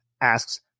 asks